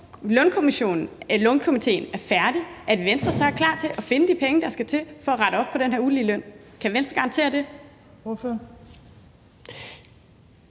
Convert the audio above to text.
lønstrukturkomitéen er færdig, er Venstre også klar til at finde de penge, der skal til for at rette op på den her uligeløn? Kan Venstre garantere det?